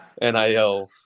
nil